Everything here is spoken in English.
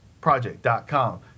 Project.com